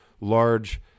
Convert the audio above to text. large